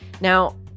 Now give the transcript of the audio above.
Now